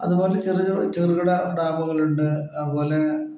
അതുപോലെ ചെറു ചെറു ചെറുകിട ഡാമുകളുണ്ട് അതുപോലെ